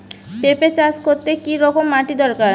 পেঁপে চাষ করতে কি রকম মাটির দরকার?